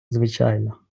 звичайно